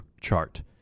chart